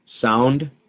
sound